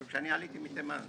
משום שאני עליתי מתימן,